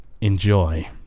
enjoy